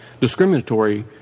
discriminatory